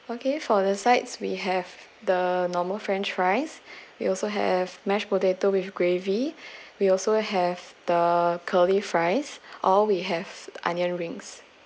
okay for the sides we have the normal french fries we also have mash potato with gravy we also have the curly fries or we have onion rings